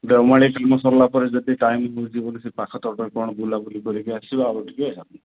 ଦେଓମାଳି କାମ ସରିଲା ପରେ ଯଦି ଟାଇମ୍ ମିଳୁଛି ବୋଲି ସେ ପାଖ ତଟରେ କ'ଣ ବୁଲାବୁଲି କରିକି ଆସିବା ଆଉ ଟିକେ ଆଉ